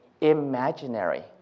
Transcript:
imaginary